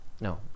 no